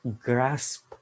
grasp